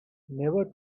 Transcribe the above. never